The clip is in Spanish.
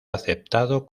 aceptado